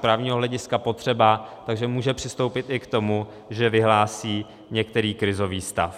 právního hlediska potřeba, tak může přistoupit i k tomu, že vyhlásí některý krizový stav.